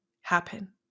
happen